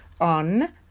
on